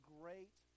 great